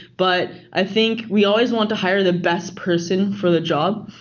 but i think we always want to hire the best person for the job.